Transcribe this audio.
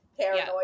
paranoid